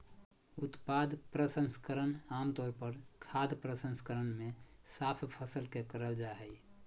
उत्पाद प्रसंस्करण आम तौर पर खाद्य प्रसंस्करण मे साफ फसल के करल जा हई